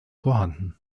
vorhanden